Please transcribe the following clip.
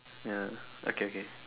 ya okay okay